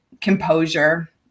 composure